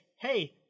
hey